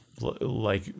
like-